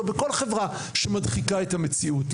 או בכל חברה שמדחיקה את המציאות.